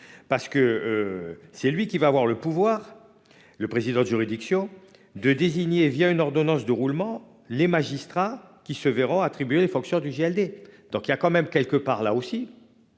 Parce que. C'est lui qui va avoir le pouvoir. Le président de juridiction de désigner, via une ordonnance de roulement, les magistrats qui se verront attribuer les fonctions du JLD. Donc il y a quand même quelque part là aussi.